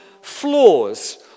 flaws